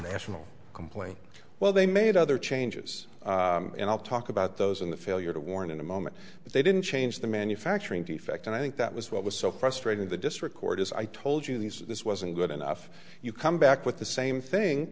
national complaint well they made other changes and i'll talk about those in the failure to warn in a moment but they didn't change the manufacturing defect and i think that was what was so frustrating the district court as i told you these this wasn't good enough you come back with the same thing